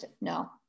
No